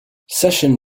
session